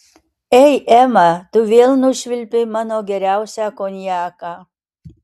ei ema tu vėl nušvilpei mano geriausią konjaką